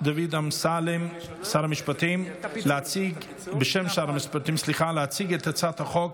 דוד אמסלם, בשם שר המשפטים, להציג את הצעת החוק.